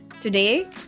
Today